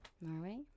Norway